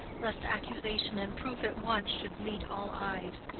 lest accusation and proof at once should meet all eyes.